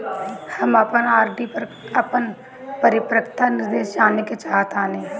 हम अपन आर.डी पर अपन परिपक्वता निर्देश जानेके चाहतानी